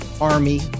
Army